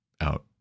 out